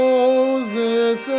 Moses